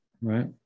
right